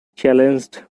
challenged